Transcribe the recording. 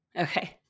Okay